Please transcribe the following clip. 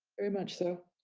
very much so.